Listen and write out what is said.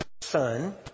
son